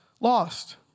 lost